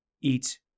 Eat